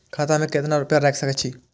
खाता में केतना रूपया रैख सके छी?